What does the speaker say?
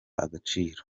agaciro